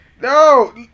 no